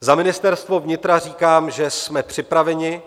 Za Ministerstvo vnitra říkám, že jsme připraveni.